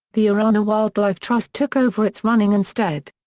the orana wildlife trust took over its running instead.